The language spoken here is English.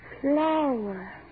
Flower